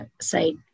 say